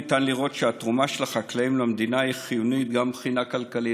ניתן לראות שהתרומה של החקלאים למדינה היא חיונית גם מבחינה כלכלית,